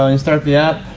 ah and start the app.